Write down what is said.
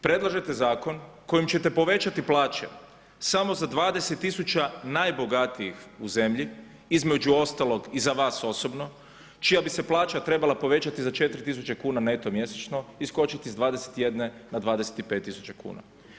Predlažete zakon kojem ćete povećati plaće samo za 20 000 najbogatijih u zemlji, između ostalog i za vas osobno, čija bi se plaća trebala povećati za 4000 kuna neto mjesečno i skočiti s 21 na 25 000 kuna.